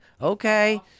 Okay